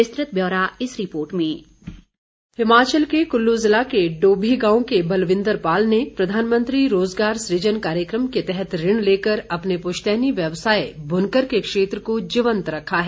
विस्तृत ब्यौरा इस रिपोर्ट में हिमाचल के कुल्लू जिला के डोभी गांव के बलविंदर पॉल ने प्रधानमंत्री रोजगार सुजन कार्यक्रम के तहत ऋण लेकर अपने प्रश्तैनी व्यवसाय ब्रनकर के क्षेत्र को जीवंत रखा है